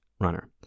runner